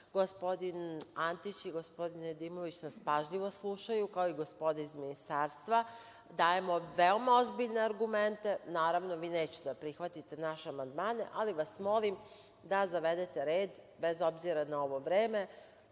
Gospodin Antić i gospodin Nedimović nas pažljivo slušaju kao i gospoda iz ministarstva, dajemo veoma ozbiljne argumente, naravno vi nećete da prihvatite naše amandmane, ali vas molim da zavedete red bez obzira na ovo vreme